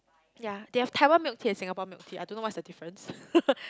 ya they have Taiwan milk tea and Singapore milk tea I don't know what's the difference